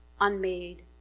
unmade